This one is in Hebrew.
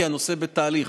כי הנושא בתהליך,